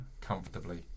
comfortably